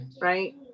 right